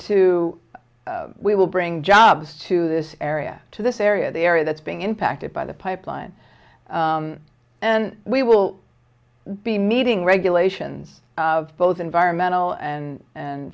two we will bring jobs to this area to this area the area that's being impacted by the pipeline and we will be meeting regulations of both environmental and and